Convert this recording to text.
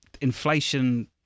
inflation